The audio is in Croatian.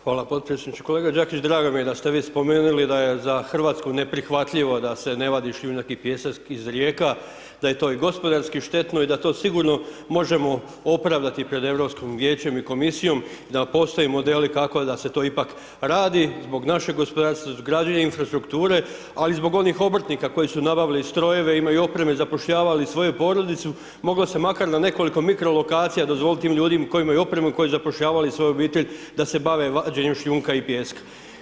Hvala podpredsjedniče, kolega Đakić drago mi je da ste vi spomenuli da je za Hrvatsku neprihvatljivo da se ne vadi šljunak i pijesak iz rijeka, da je to i gospodarski štetno i da to sigurno možemo opravdati pred Europskim vijećem i komisijom i da postoje modeli kako da se to ipak radi, zbog našeg gospodarstva, gradnje infrastrukture ali i zbog onih obrtnika koji su nabavili strojeve imaju opreme, zapošljavali svoju porodicu, moglo se makar na nekoliko mikro lokacija dozvolit tim ljudima koji imaju opremu i koji su zapošljavali svoje obitelji da se bave vađenjem šljunka i pijeska.